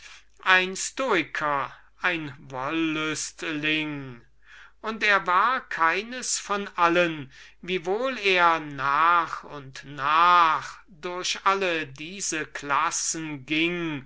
ein stoiker ein wollüstling und war keines von allen ob er gleich in verschiedenen zeiten durch alle diese klassen ging